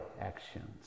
actions